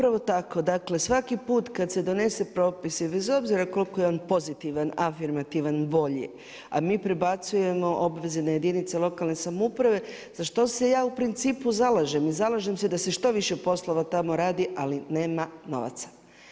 Pa evo upravo tako, dakle svaki put kada se donose propisi bez obzira koliko je on pozitivan, afirmativan, bolji, a mi prebacujemo obveze na jedinice lokalne samouprave za što se ja u principu zalažem i zalažem se da se što više poslova tamo radi, ali nema novaca.